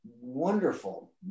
wonderful